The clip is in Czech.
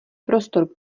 prostor